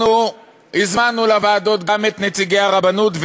אנחנו הזמנו לוועדות גם את נציגי הרבנות,